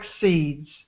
seeds